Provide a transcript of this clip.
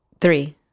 Three